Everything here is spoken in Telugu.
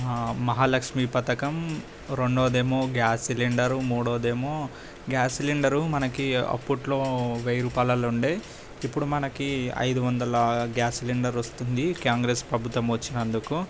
మహాలక్ష్మి పథకం రెండోది ఏమో గ్యాస్ సిలిండరు మూడోది ఏమో గ్యాస్ సిలిండరు మనకి అప్పట్లో వెయ్యి రూపాయలల్లో ఉండే ఇప్పుడు మనకీ ఐదు వందల గ్యాస్ సిలిండరు వస్తుంది కాంగ్రెస్ ప్రభుత్వం వచ్చినందుకు